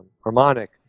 harmonic